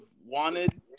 wanted